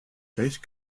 base